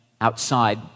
outside